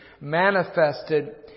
manifested